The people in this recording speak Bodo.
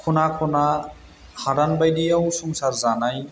खना खना हादान बादियाव संसार जानाय